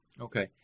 Okay